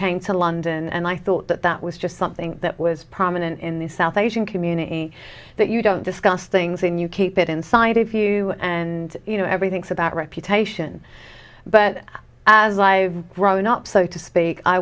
came to london and i thought that that was just something that was prominent in the south asian community that you don't discuss things and you keep it inside of you and you know everything's about reputation but as i've grown up so to speak i